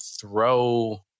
throw